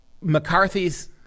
McCarthy's